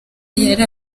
yari